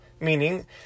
meaning